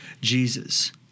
Jesus